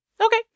Okay